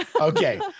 Okay